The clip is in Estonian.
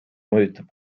mõjutab